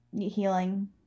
healing